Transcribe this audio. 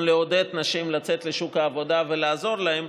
לעודד נשים לצאת לשוק העבודה ולעזור להן,